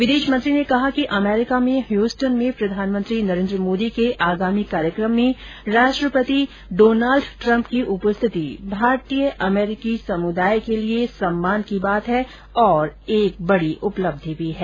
विदेश मंत्री ने कहा कि अमरीका में ह्यस्टोन में प्रधानमंत्री नरेन्द्र मोदी के आगामी कार्यक्रम में राष्ट्रपति डोनाल्ड ट्रंप की उपस्थिति भारतीय अमरीकी समुदाय के लिए सम्मान की बात है और एक बडी उपलब्धि भी है